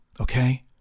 Okay